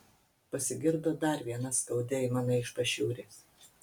pasigirdo dar viena skaudi aimana iš pašiūrės